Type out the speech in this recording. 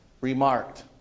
remarked